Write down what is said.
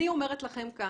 אני אומרת לכם כאן